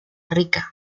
rica